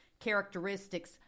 characteristics